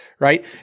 Right